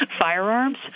firearms